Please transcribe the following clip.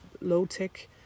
low-tech